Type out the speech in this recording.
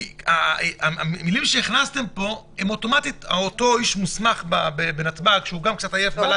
פשוט המילים שהכנסתם פה לגבי אותו איש מוסמך בנתב"ג --- לא,